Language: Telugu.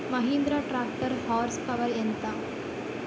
మహీంద్రా ట్రాక్టర్ హార్స్ పవర్ ఎంత?